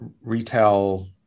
retail